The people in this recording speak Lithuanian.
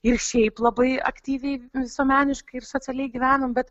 ir šiaip labai aktyviai visuomeniškai ir socialiai gyvenam bet